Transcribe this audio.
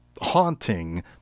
haunting